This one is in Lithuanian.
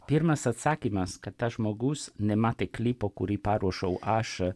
pirmas atsakymas kad tas žmogus nematė klipo kurį paruošiau aš